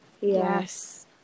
Yes